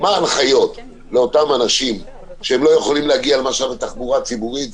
מה ההנחיות לאותם אנשים שלא יכולים להגיע בתחבורה ציבורית,